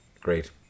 great